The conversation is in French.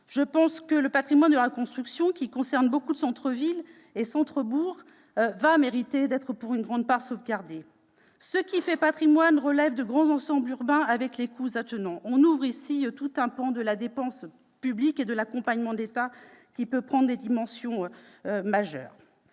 Je pense que le patrimoine de la reconstruction, qui concerne beaucoup de centres-villes et centres-bourgs, méritera d'être, pour une grande part, sauvegardé. Ce qui fait patrimoine relève de grands ensembles urbains, ce qui implique des coûts. On ouvre ici tout un pan de la dépense publique et de l'accompagnement de l'État, qui peut prendre des dimensions majeures.